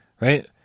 right